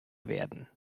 werden